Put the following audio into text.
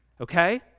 okay